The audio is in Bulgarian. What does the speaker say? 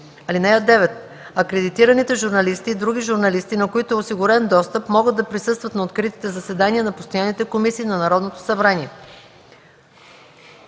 (9) Акредитираните журналисти и други журналисти, на които е осигурен достъп, могат да присъстват на откритите заседания на постоянните комисии на Народното събрание.